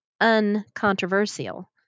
uncontroversial